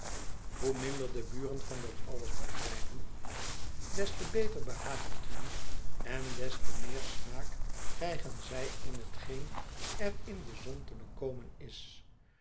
hoe minder de buren van dat alles begrijpen des te beter behaagt het hun en des te meer smaak krijgen zij in hetgeen er in de zon te bekomen is